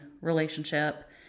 relationship